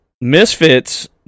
Misfits